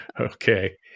Okay